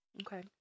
Okay